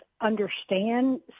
understand